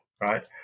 right